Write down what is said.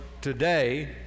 today